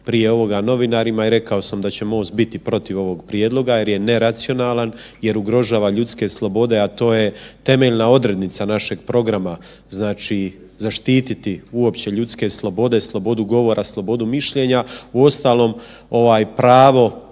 prije ovoga novinarima i rekao sam da će MOST biti protiv ovog prijedloga jer je neracionalan, jer ugrožava ljudske slobode, a to je temeljna odrednica našeg programa znači zaštiti uopće ljudske slobode, slobodu govora, slobodu mišljenja. Uostalom pravo